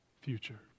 future